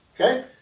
okay